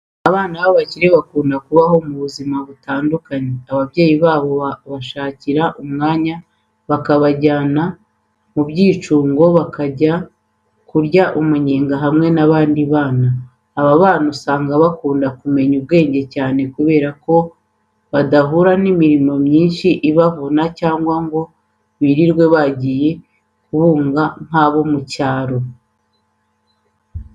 Abana b'abakire bakunda kubaho uzima butandukane. Abyeyi babo babashakira umwanya bakabajyana mu byicungo bakajya kurya umunyenga hamwe n'abandi bana. Aba bana usanga bakunda kumenya ubwenge cyane kubera ko badahura n'imirimo myinshi ibavuna cyangwa ngo birirwe bagiye kubunga nk'abo mu byaro.